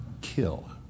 kill